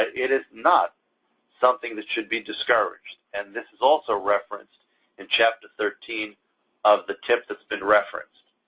it is not something that should be discouraged, and this is also referenced in chapter thirteen of the tip that's been referenced.